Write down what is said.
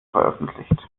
veröffentlicht